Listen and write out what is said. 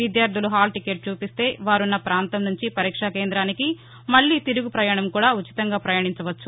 విద్యార్లులు hall ticket చూపిస్తే వారున్న ప్రాంతం నుంచి పరీక్ష కేందానికి మళ్ళీ తిరుగు ప్రయాణం కూడా ఉచితంగా పయాణించవచ్చు